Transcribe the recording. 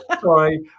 sorry